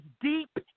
deep